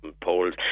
polls